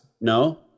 No